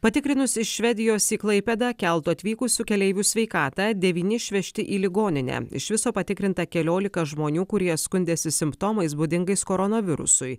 patikrinus iš švedijos į klaipėdą keltu atvykusių keleivių sveikatą devyni išvežti į ligoninę iš viso patikrinta keliolika žmonių kurie skundėsi simptomais būdingais koronavirusui